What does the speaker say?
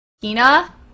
Tina